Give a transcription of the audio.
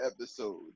episode